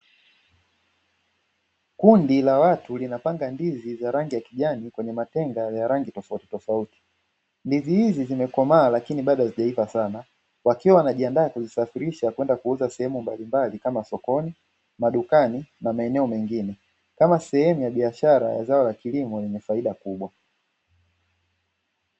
Kundi la watu, linapanga ndizi za rangi ya kijani kwenye matenga ya rangi tofautitofauti. Ndizi hizi zimekomaa lakini bado hazijaiva sana, wakiwa wanajiandaa kuzisafirisha kwenda kuuza sehemu mbalimbali kama sokoni, madukani na maeneo mengine, kama sehemu ya biashara ya zao la kilimo lenye faida kubwa.